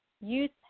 youth